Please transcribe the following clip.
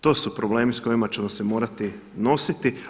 To su problemi sa kojima ćemo se morati nositi.